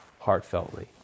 heartfeltly